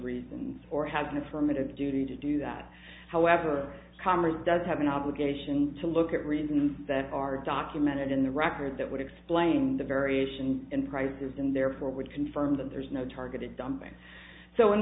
reasons or have an affirmative duty to do that however congress does have an obligation to look at reasons that are documented in the record that would explain the variation in prices and therefore would confirm that there's no targeted dumping so in